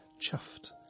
Chuffed